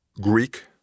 Greek